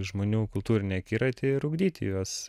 žmonių kultūrinį akiratį ir ugdyti juos